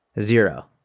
zero